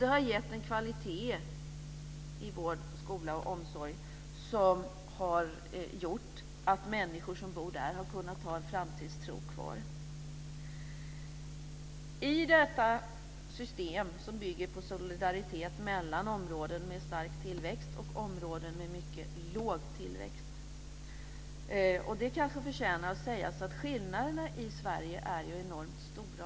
Det har gett en kvalitet i vård, skola och omsorg som har gjort att människor som bor där har kunnat ha en framtidstro kvar. Detta system bygger på solidaritet mellan områden med stark tillväxt och områden med mycket låg tillväxt. Det kan förtjäna att säga att skillnaderna i Sverige är enormt stora.